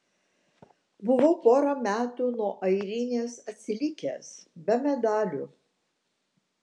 buvau porą metų nuo airinės atsilikęs be medalių